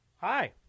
Hi